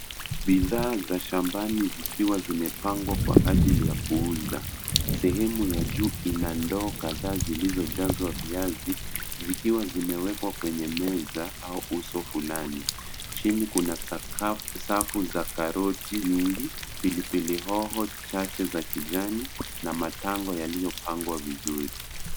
Bidhaa za shambani zikiwa zimepangwa kwa ajili ya kuuza. Sehemu ya juu ina ndoo kadhaa zilizojazwa viazi zikiwa zimewekwa kwenye meza au uso fulani. Chini kuna safu za karoti nyingi, pilipili hoho chache za kijani na matango yaliyopangwa vizuri.